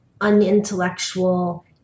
unintellectual